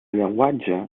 llenguatge